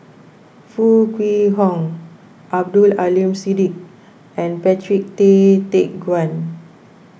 Foo Kwee Horng Abdul Aleem Siddique and Patrick Tay Teck Guan